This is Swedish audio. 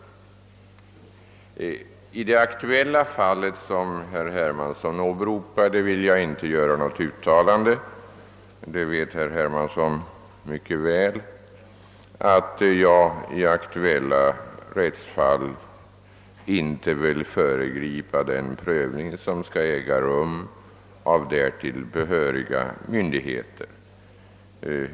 I det aktuella fallet som åberopades av herr Hermansson vill jag inte göra något uttalande, ty herr Hermansson vet mycket väl att jag i aktuella rättsfall inte vill föregripa den prövning som skall äga rum av därtill behöriga myndigheter.